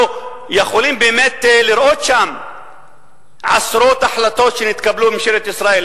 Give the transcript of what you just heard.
אנחנו יכולים באמת לראות שם עשרות החלטות שנתקבלו על-ידי ממשלת ישראל,